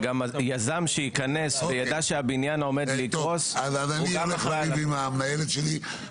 זה גם היזם שנכנס ויודע שהבניין עומד לקרוס --- אני חייב לסיים.